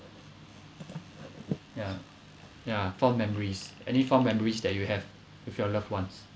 yeah yeah fond memories any fond memories that you have with your loved ones